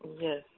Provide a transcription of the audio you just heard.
Yes